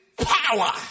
power